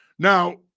Now